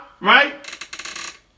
right